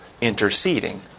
interceding